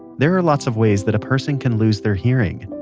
there are lots of ways that a person can lose their hearing.